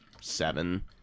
seven